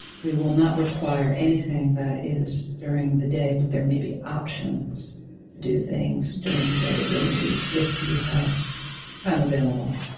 we will not require anything that is during the day, but there may be options to do things during the day, during the week if you have time available